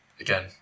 again